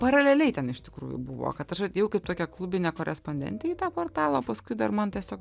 paraleliai ten iš tikrųjų buvo kad aš atėjau kaip tokia klubinė korespondentė į tą portalą paskui dar man tiesiog